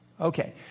Okay